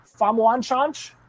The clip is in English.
Famuanchanch